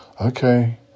okay